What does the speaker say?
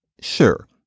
Sure